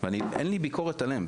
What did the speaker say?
ואין לי ביקורת עליהם,